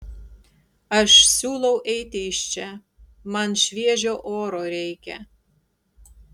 aš siūlau eiti iš čia man šviežio oro reikia